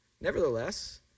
Nevertheless